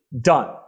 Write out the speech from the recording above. done